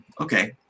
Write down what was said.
Okay